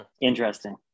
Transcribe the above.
Interesting